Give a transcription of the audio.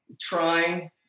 trying